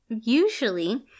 Usually